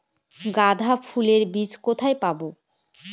গাঁদা ফুলের বীজ কোথায় পাবো?